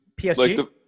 PSG